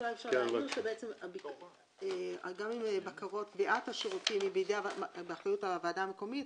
גם אם הבקרות על השירותים הן באחריות הוועדה המקומית,